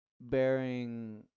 bearing